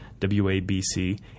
WABC